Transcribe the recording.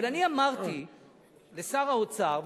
אבל אני אמרתי לשר האוצר,